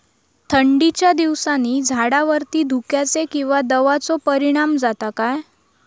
थंडीच्या दिवसानी झाडावरती धुक्याचे किंवा दवाचो परिणाम जाता काय?